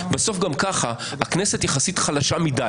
בסוף גם ככה הכנסת יחסית חלשה מדי,